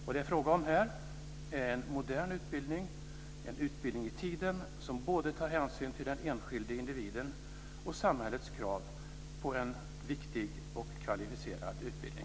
Vad det är fråga om är en modern utbildning, en utbildning i tiden, som tar hänsyn till både den enskilde individen och samhällets krav på en viktig och kvalificerad utbildning.